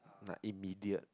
like immediate